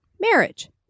Marriage